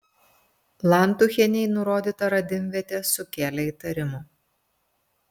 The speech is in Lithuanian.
lantuchienei nurodyta radimvietė sukėlė įtarimų